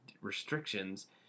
restrictions